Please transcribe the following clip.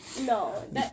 No